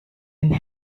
and